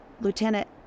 Lieutenant